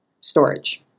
storage